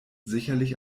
sicherlich